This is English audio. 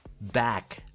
back